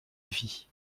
vie